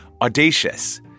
audacious